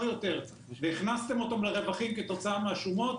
יותר והכנסתם אותם לרווחים כתוצאה מהשומות?